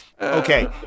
Okay